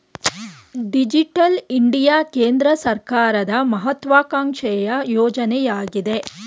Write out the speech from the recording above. digital India ಕೇಂದ್ರ ಸರ್ಕಾರದ ಮಹತ್ವಾಕಾಂಕ್ಷೆಯ ಯೋಜನೆಯಗಿದೆ